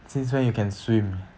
since when you can swim